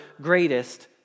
greatest